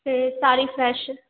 ਅਤੇ ਸਾਰੀ ਫਰੈਸ਼